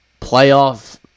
playoff